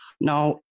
Now